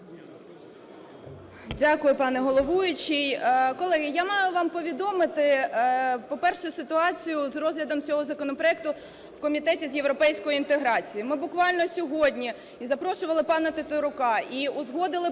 Дякую, пане Головуючий. Колеги, я маю вам повідомити, по-перше, ситуацію з розглядом цього законопроекту в Комітеті з європейської інтеграції. Ми буквально сьогодні і запрошували пана Тетерука, і узгодили